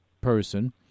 person